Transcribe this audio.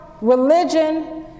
religion